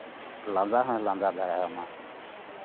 ᱞᱟᱸᱫᱟ ᱦᱚᱸᱭ ᱞᱟᱸᱫᱟ ᱫᱟᱲᱮ ᱟᱢᱟᱭ